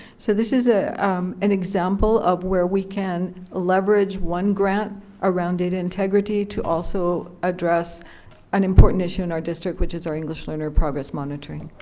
so this is ah an example of where we can leverage one grant around data integrity to also address an important issue issue in our district, which is our english learner progress monitoring.